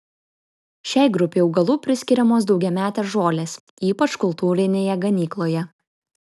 šiai grupei augalų priskiriamos daugiametės žolės ypač kultūrinėje ganykloje